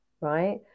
Right